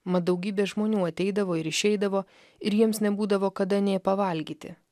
mat daugybė žmonių ateidavo ir išeidavo ir jiems nebūdavo kada nė pavalgyti